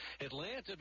Atlanta